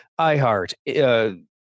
iHeart